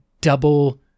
double